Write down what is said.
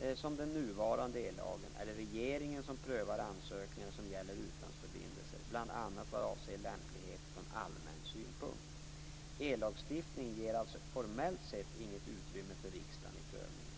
anläggningar) som den nuvarande ellagen är det regeringen som prövar ansökningar som gäller utlandsförbindelser, bl.a. vad avser lämplighet från allmän synpunkt. Ellagstiftningen ger alltså formellt sett inget utrymme för riksdagen i prövningen.